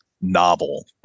novel